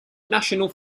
national